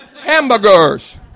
Hamburgers